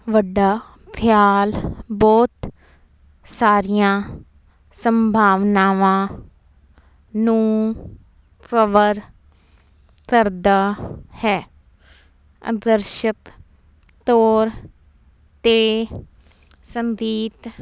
ਵੱਡਾ ਖ਼ਿਆਲ ਬਹੁਤ ਸਾਰੀਆਂ ਸੰਭਾਵਨਾਵਾਂ ਨੂੰ ਕਵਰ ਕਰਦਾ ਹੈ ਆਦਰਸ਼ਕ ਤੌਰ 'ਤੇ ਸੰਗੀਤ